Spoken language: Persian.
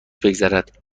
بگذرد